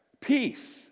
Peace